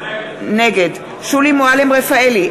נגד שולי מועלם-רפאלי,